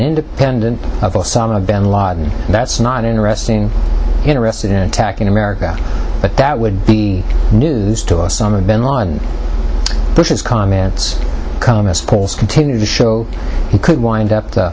independent of osama bin laden that's not in arresting interested in attacking america but that would be news to us some of bin laden bush's comments come as polls continue to show he could wind up the